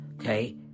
okay